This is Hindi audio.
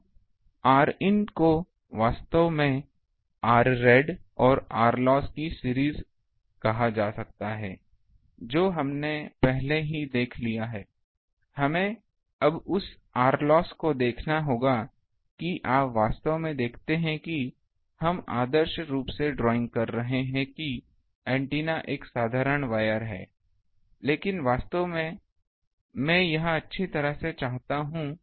तो Rin को वास्तव में Rrad और Rloss की सीरीज कहा जा सकता है जो हमने पहले ही देख लिया है हमें अब उस Rloss को देखना होगा कि आप वास्तव में देखते हैं कि हम आदर्श रूप से ड्राइंग कर रहे हैं कि एंटीना एक साधारण वायर है लेकिन वास्तव मेंमैं यह अच्छी तरह से चाहता हूं